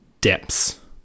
depths